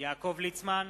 יעקב ליצמן,